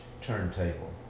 turntable